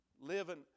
Living